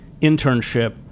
internship